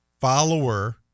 follower